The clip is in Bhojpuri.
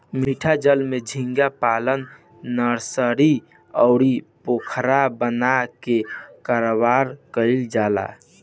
मीठा जल में झींगा पालन नर्सरी, अउरी पोखरा बना के कारोबार कईल जाला